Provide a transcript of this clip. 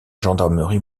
gendarmerie